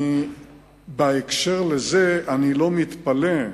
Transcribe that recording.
בהקשר זה, איני מתפלא,